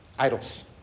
Idols